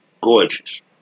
Gorgeous